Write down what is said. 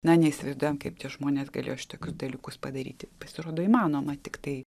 na neįsivaizduojam kaip tie žmonės galėjo šitokius dalykus padaryti pasirodo įmanoma tiktai